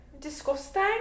Disgusting